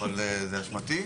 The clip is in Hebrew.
אבל זו אשמתי.